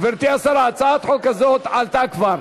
הצעת החוק הזאת עלתה כבר,